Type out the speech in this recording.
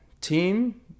team